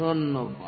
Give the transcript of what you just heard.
ধন্যবাদ